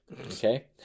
Okay